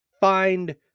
Find